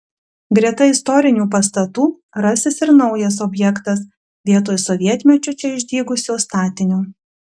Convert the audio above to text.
greta istorinių pastatų rasis ir naujas objektas vietoj sovietmečiu čia išdygusio statinio